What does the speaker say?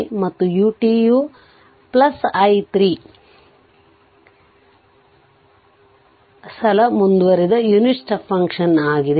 ಮತ್ತು ut u i 3 ಸಲ ಮುಂದುವರಿದ ಯುನಿಟ್ ಸ್ಟೆಪ್ ಫಂಕ್ಷನ್ ಆಗಿದೆ